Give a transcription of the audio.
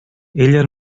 ella